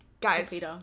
guys